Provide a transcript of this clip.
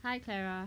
hi Clara